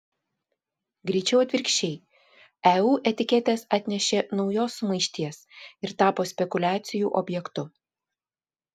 greičiau atvirkščiai eu etiketės atnešė naujos sumaišties ir tapo spekuliacijų objektu